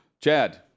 Chad